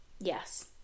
Yes